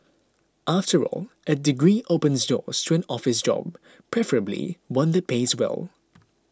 after all a degree opens doors to an office job preferably one that pays well